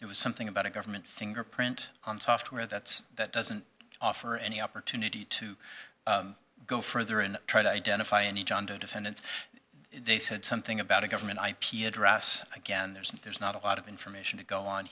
it was something about a government fingerprint on software that's that doesn't offer any opportunity to go further and try to identify any john doe defendants they said something about a government ip address again there's there's not a lot of information to go on